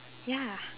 ya